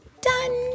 done